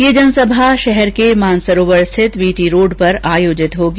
यह जनसभा शहर के मानसरोवर स्थित वीटी रोड पर आयोजित होगी